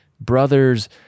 brothers